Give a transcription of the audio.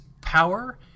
power